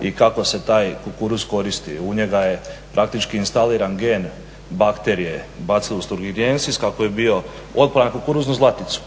i kako se taj kukuruz koristi. U njega je praktički instaliran gen bakterije bacillus …/Govornik se ne razumije./… kako bi bio otporan kukuruz na zlaticu.